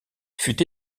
fut